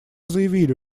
заявили